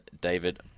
David